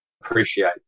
appreciate